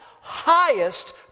highest